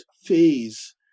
phase